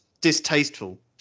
distasteful